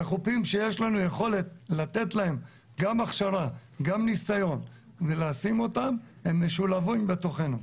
בחופים שיש לנו יכולת לתת להם גם הכשרה וגם ניסיון והם משולבים בתוכנו.